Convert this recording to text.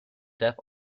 deaf